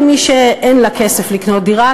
למי שאין לה כסף לקנות דירה,